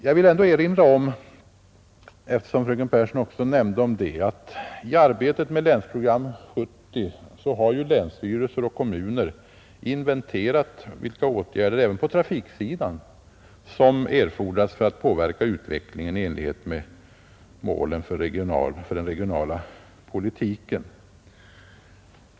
Jag vill erinra om, eftersom fröken Pehrsson också nämnde det, att i arbetet med Länsprogram 1970 har länsstyrelser och kommuner inventerat vilka åtgärder även på trafiksidan som erfordras för att påverka utvecklingen i enlighet med målsättningen för den regionala politiken.